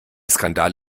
skandal